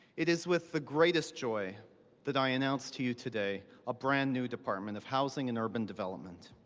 it is with the greatest joy that i announce to you today a brand-new department of housing and urban development.